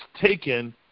taken